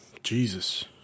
Jesus